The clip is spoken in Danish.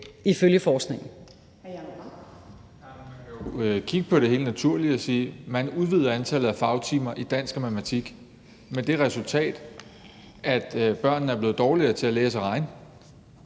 Jacob Mark (SF): Man kan jo kigge helt naturligt på det og sige, at man udvider antallet af fagtimer i dansk og matematik, med det resultat, at børnene er blevet dårligere til at læse og